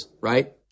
right